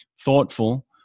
thoughtful